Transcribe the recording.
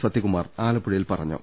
സത്യ കുമാർ ആലപ്പുഴയിൽ പറഞ്ഞു